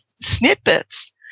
snippets